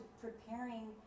preparing